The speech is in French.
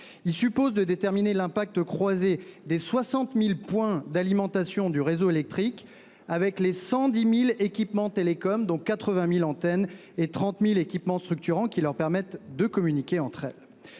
Il suppose de déterminer l'impact croiser des 60.000 points d'alimentation du réseau électrique avec les 110.000 équipements télécoms dont 80.000 antennes et 30.000 équipements structurants qui leur permettent de communiquer entre elles.